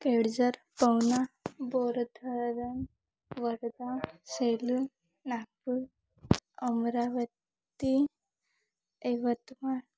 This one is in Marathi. केळझर पाऊना बोर धरण वर्धा शेलू नागपूर अमरावती यवतमाळ